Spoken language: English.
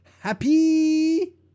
happy